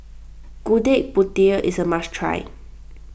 Gudeg Putih is a must try